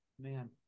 man